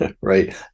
right